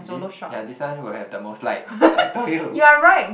is it yeah this one will have the most likes I told you